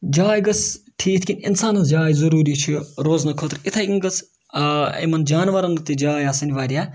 جاے گٔژھ تھٔوِ یِتھ کِنۍ اِنسانَس جاے ضٔروٗری چھِ روزنہٕ خٲطرٕ اِتھَے کٔنۍ گٔژھ اِمَن جاناوَارَن تہِ جاے آسٕنۍ واریاہ